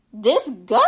Disgusting